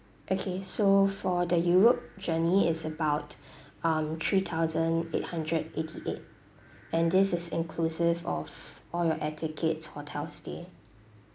okay so for the europe journey is about um three thousand eight hundred eighty-eight and this is inclusive of all your air tickets hotel stay